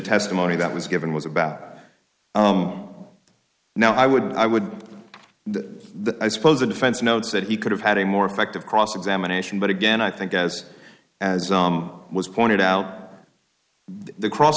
testimony that was given was about now i wouldn't i would the i suppose the defense notes that he could have had a more effective cross examination but again i think as as was pointed out the cross